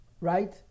right